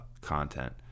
content